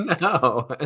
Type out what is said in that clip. No